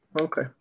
Okay